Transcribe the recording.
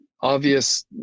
obvious